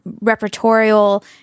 repertorial